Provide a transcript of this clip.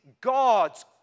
God's